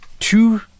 two